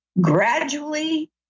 gradually